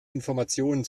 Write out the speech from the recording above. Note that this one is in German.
informationen